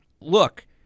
look